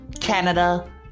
Canada